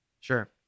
sure